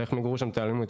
על איך מיגרו שם את האלימות.